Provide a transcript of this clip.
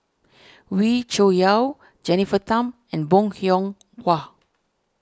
Wee Cho Yaw Jennifer Tham and Bong Hiong Hwa